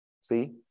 See